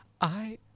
I-